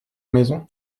maison